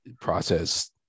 process